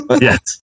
Yes